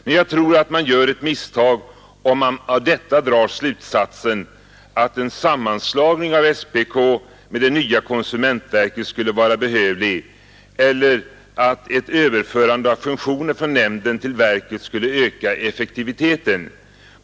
Men jag tror att man gör ett misstag om man av detta drar slutsatsen att en sammanslagning av SPK med det nya konsumentverket skulle vara behövlig eller att ett överförande av funktioner från nämnden till verket skulle öka effektiviteten.